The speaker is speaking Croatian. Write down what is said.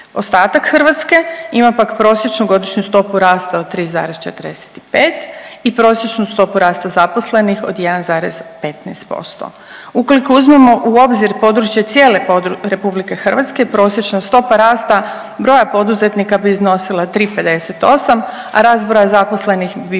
Ostatak Hrvatske ima pak prosječnu godišnju stopu rasta od 3,45 i prosječnu stopu rasta zaposlenih od 1,15%. Ukoliko uzmemo u obzir područje cijene RH, prosječna stopa rasta broja poduzetnika bi iznosila 3,58, a rast broja zaposlenih bi